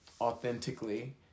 authentically